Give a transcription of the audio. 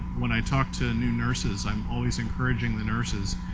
when i talk to new nurses i'm always encouraging the nurses.